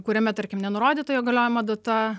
kuriame tarkim nenurodyta jo galiojimo data